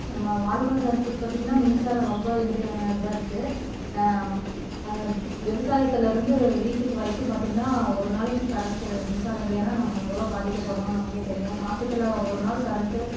நம்ம வாழ்வாதாரத்துக்கு பார்த்திங்கன்னா மின்சாரம் ரொம்ப இன்றியமையாததாக இருக்குது விவசாயத்தில் இருந்து வீட்டுக்கு வரைக்கும் பார்த்திங்கன்னா ஒரு நாளைக்கு கரண்ட்டு மின்சாரம் இல்லைன்னா நம்ம எவ்வளோ பாதிக்கப்படுகிறோம் நமக்கே தெரியும் மாசத்தில் ஒரு நாள் கரண்ட்டு